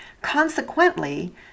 Consequently